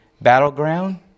Battleground